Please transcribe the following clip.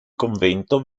convento